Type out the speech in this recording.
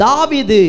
David